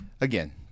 again